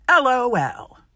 LOL